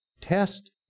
test